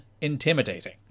intimidating